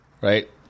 Right